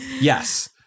Yes